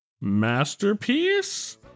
masterpiece